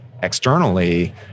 externally